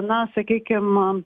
na sakykim man